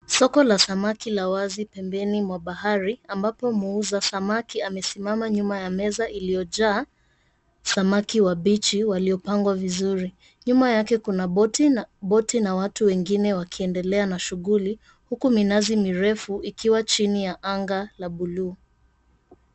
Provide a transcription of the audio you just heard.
Soko la samaki la wazi pembeni mwa bahari ambapo muuza samaki amesimama nyuma ya meza iliyojaa samaki wabichi waliopangwa vizuri. Nyuma yake kuna boti na watu wengine wakiendelea na shughuli, huku minazi mirefu ikiwa chuni ya anga la buluu.